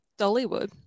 Dollywood